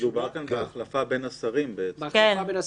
מדובר כאן בהחלפה בין השרים בעצם.